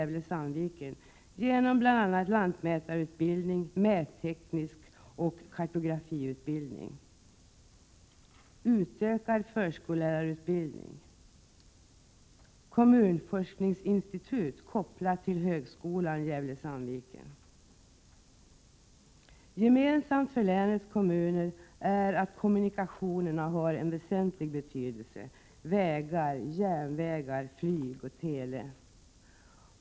På vägsidan finns både små och stora objekt som är av stor vikt. Länet behöver snarast ett beslut om snabbtåg Stockholm-Sundsvall samt — Prot. 1987 Såndvikens flygplats och investeringar i Söderhamns flygplats. En ansökan finns hos regeringen om statligt stöd till X-nät. Gemensamt för länets kommuner är att kommuniktaionerna har en väsentlig betydelse — vägar, järnvägar, flyg och tele.